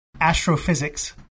astrophysics